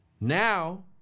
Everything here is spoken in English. Now